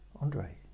Andre